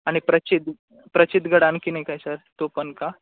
आणि प्रचिद प्रचितगड आणखी एक आहे सर तो पण का